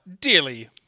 dearly